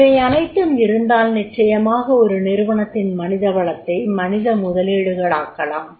இவையனைத்தும் இருந்தால் நிச்சயமாக அந்நிறுவனத்தின் மனிதவளத்தை மனித முதலீடுகளாக்கிவிடலாம்